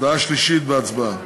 הודעה שלישית בהצבעה: